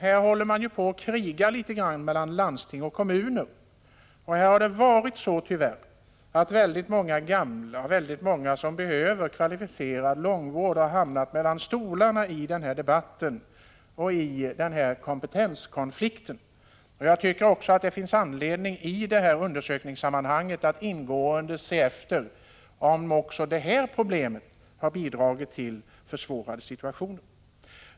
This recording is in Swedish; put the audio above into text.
Här krigas det ju litet grand mellan landsting och kommuner, och många gamla och många som behöver kvalificerad långvård har tyvärr hamnat mellan stolarna i debatten och i den här kompetenskonflikten. Jag tycker det finns anledning att i undersökningssammanhanget ingående se efter om detta problem har bidragit till att försvåra situationen.